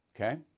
Okay